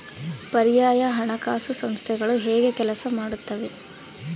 ಪರ್ಯಾಯ ಹಣಕಾಸು ಸಂಸ್ಥೆಗಳು ಹೇಗೆ ಕೆಲಸ ಮಾಡುತ್ತವೆ?